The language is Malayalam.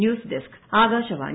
news desk Akashvani